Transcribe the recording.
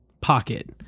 pocket